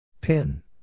Pin